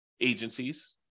agencies